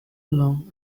along